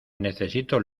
necesito